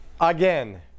again